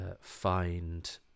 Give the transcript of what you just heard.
find